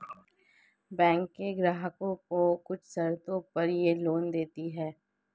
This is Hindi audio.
बैकें ग्राहकों को कुछ शर्तों पर यह लोन देतीं हैं